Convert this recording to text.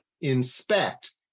inspect